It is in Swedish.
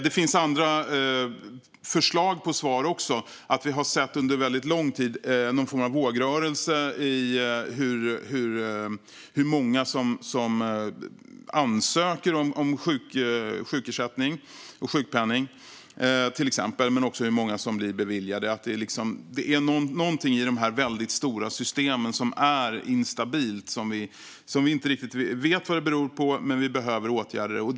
Det finns även andra förslag på svar, till exempel att vi under väldigt lång tid har sett någon form av vågrörelse i hur många som ansöker om sjukersättning och sjukpenning men också hur många som blir beviljade. Det är någonting i de här väldigt stora systemen som är instabilt. Vi vet inte riktigt vad det beror på, men vi behöver åtgärda det.